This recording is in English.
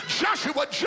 Joshua